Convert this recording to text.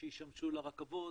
שישמשו לרכבות,